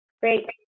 Great